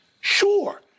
Sure